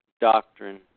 doctrine